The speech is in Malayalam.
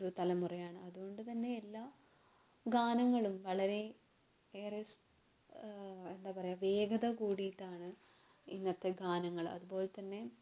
ഒരു തലമുറയാണ് അതുകൊണ്ട് തന്നെ എല്ലാ ഗാനങ്ങളും വളരെ ഏറെ എന്താ പറയാ വേഗത കുടീട്ടാണ് ഇന്നത്തെ ഗാനങ്ങൾ അതുപോലെ തന്നെ